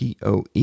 PoE